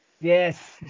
Yes